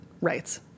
rights